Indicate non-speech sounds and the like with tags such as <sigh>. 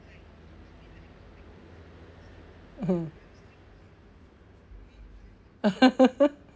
mmhmm <laughs>